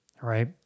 right